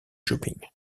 shopping